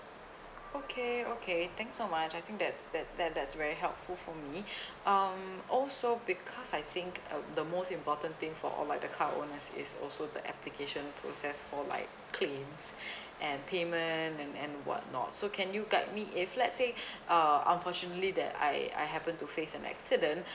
okay okay thank you so much I think that's that that's very helpful for me um also because I think uh the most important thing for like the car owners is also the application process for like claims and payment and and whatnot so can you guide me if let's say uh unfortunately that I I happen to face an accident